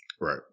Right